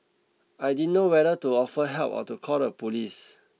I didn't know whether to offer help or to call the police